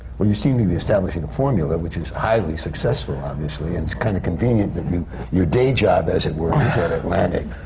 well, you seem to be establishing formula which is highly successful, obviously. and it's kind of convenient that your day job, as it were, is at atlantic.